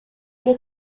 эле